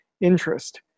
interest